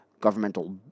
governmental